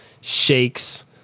shakes